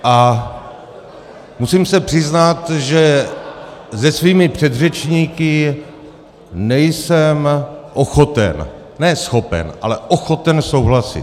A musím se přiznat, že se svými předřečníky nejsem ochoten, ne schopen, ale ochoten souhlasit.